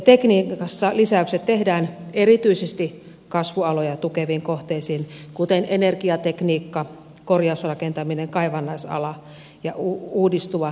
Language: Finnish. tekniikassa lisäykset tehdään erityisesti kasvualoja tukeviin kohteisiin kuten energiatekniikkaan korjausrakentamiseen kaivannaisalaan ja uudistuvaan ict alaan